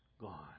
gone